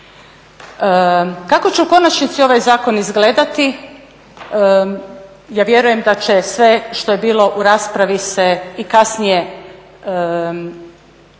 Kako će u konačnici ovaj zakon izgledati, ja vjerujem da će sve što je bilo u raspravi se i kasnije biti